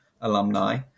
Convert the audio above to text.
alumni